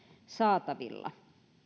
saatavilla